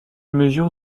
mesure